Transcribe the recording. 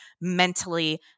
mentally